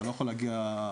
אתה לא יכול להגיע ליעדים,